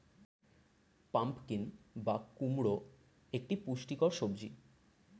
pumpkin বা কুমড়ো একটি পুষ্টিকর সবজি